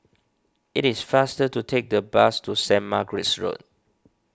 it is faster to take the bus to Saint Margaret's Road